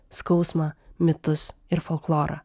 skausmą mitus ir folklorą